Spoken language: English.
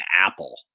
Apple